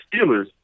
Steelers